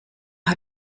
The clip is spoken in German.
hat